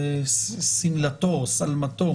זה שלמתו.